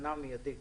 סכנה מיידית